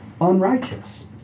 unrighteous